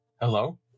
Hello